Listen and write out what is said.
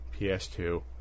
PS2